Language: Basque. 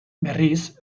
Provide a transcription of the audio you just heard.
berriz